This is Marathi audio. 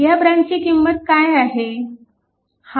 ह्या ब्रँचची किंमत काय आहे